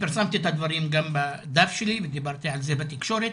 פרסמתי את הדברים גם בדף שלי ודיברתי על כך בתקשורת.